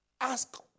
ask